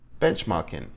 Benchmarking